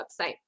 website